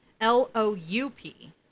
L-O-U-P